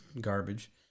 garbage